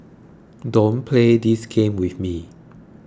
don't play this game with me